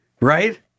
right